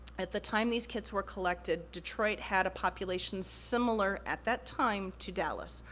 at the time these kits were collected, detroit had a population similar at that time to dallas.